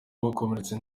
bakomeretse